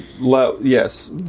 Yes